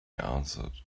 answered